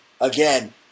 again